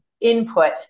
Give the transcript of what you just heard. input